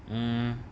mmhmm